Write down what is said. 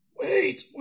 Wait